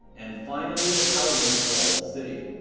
and finally the kowloon walled city.